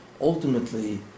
ultimately